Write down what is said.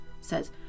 says